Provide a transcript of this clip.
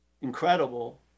incredible